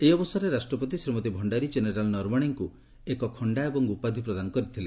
ଏହି ଅବସରରେ ରାଷ୍ଟ୍ରପତି ଶ୍ରୀମତୀ ଭଜ୍ଜାରୀ ଜେନେରାଲ୍ ନରବଣେଙ୍କୁ ଏକ ଖଣ୍ଡା ଏବଂ ଉପାଧି ପ୍ରଦାନ କରିଥିଲେ